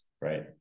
Right